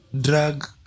drug